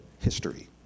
history